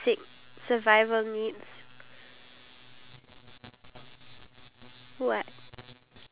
but I just find it sad that in singapore that due to the um